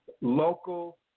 local